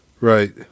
right